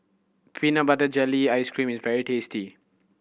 peanut butter jelly ice cream is very tasty